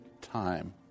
time